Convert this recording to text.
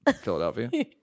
Philadelphia